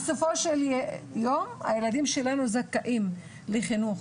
בסופו של דבר, הילדים שלנו זכאים לחינוך